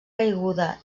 caiguda